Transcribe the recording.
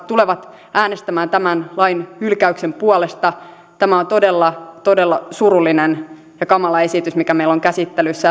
tulevat äänestämään tämän lain hylkäyksen puolesta tämä on todella todella surullinen ja kamala esitys mikä meillä on käsittelyssä